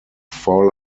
fall